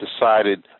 decided